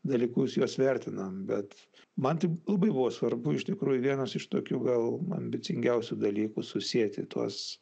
dalykus juos vertinant bet man tai labai buvo svarbu iš tikrųjų vienas iš tokių gal man ambicingiausių dalykų susieti tuos